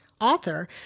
author